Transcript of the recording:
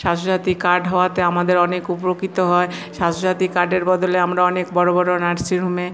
Swasthya Sathi card হওয়াতে আমাদের অনেক উপকার হয় স্বাস্থ্যসাথী কার্ডের বদলে আমরা অনেক বড় বড় নার্সিংহোমে